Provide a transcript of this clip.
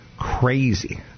Crazy